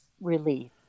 relief